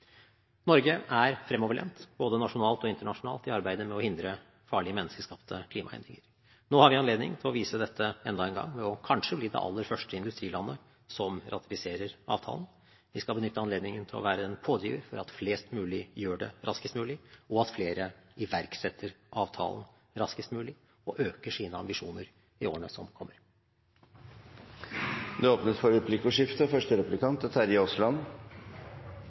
Norge er fremoverlent, både nasjonalt og internasjonalt, i arbeidet med å hindre farlige menneskeskapte klimaendringer. Nå har vi anledning til å vise dette enda en gang ved kanskje å bli det aller første industrilandet som ratifiserer avtalen. Vi skal benytte anledningen til å være en pådriver for at flest mulig gjør det raskest mulig, og at flere iverksetter avtalen raskest mulig og øker sine ambisjoner i årene som kommer. Det blir replikkordskifte. Stortinget har gjennom komitébehandlingen bidratt til at det er en nesten samlet komité og